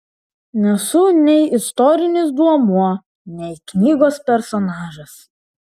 nesu nei istorinis duomuo nei knygos personažas